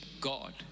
God